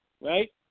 Right